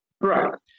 Right